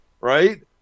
right